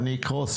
אני אקרוס,